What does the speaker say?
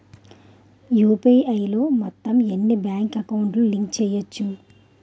UPI లో మొత్తం ఎన్ని బ్యాంక్ అకౌంట్ లు లింక్ చేయచ్చు?